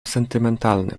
sentymentalny